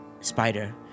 spider